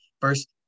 First